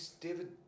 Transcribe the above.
David